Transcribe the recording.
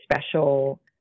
special